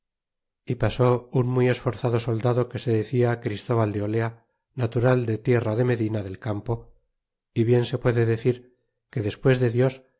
e pasó un muy esforzado soldado que se decia christóbal de olea natural de tierra de medina del campo y bien se puede decir que despues de dios